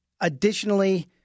additionally